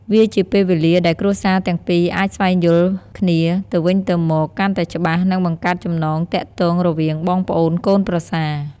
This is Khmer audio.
វាជាពេលវេលាដែលគ្រួសារទាំងពីរអាចស្វែងយល់គ្នាទៅវិញទៅមកកាន់តែច្បាស់ និងបង្កើតចំណងទាក់ទងរវាងបងប្អូនកូនប្រសា។